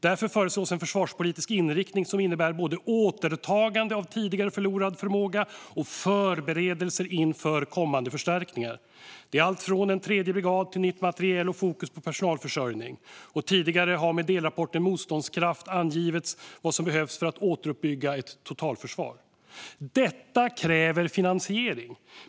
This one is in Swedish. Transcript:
Därför föreslås en försvarspolitisk inriktning som innebär både återtagande av tidigare förlorad förmåga och förberedelser inför kommande förstärkningar. Det är allt från en tredje brigad till ny materiel och fokus på personalförsörjning. Tidigare har med delrapporten Motståndskraft angivits vad som behövs för att återuppbygga ett totalförsvar. Detta kräver finansiering.